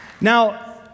Now